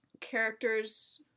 characters